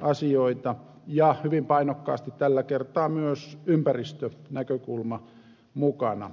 asioita ja hyvin painokkaasti tällä kertaa myös ympäristönäkökulma mukana